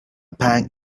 pang